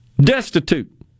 Destitute